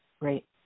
Great